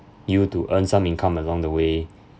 you to earn some income along the way